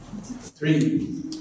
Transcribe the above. three